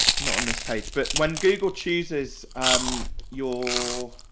not on this page, but when google chooses um your,